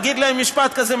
תגיד להם משפט כזה,